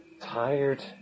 Tired